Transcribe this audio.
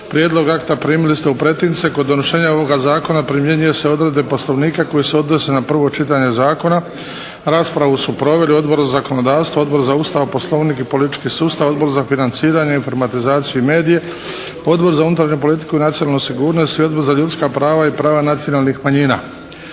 Prijedlog akta primili ste u pretince. Kod donošenja ovoga Zakona primjenjuju se odredbe Poslovnika koji se odnose na prvo čitanje zakona. Raspravu su proveli Odbor za zakonodavstvo, Odbor za Ustav, Poslovnik i politički sustav, Odbor za financiranje i informatizaciju i medije, Odbor za unutarnju politiku i nacionalnu sigurnost, Odbor za ljudska prava i prava nacionalnih manjina.